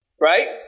Right